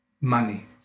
money